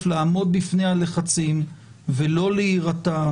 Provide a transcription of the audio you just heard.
לעמוד בפני הלחצים ולא להירתע,